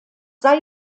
sei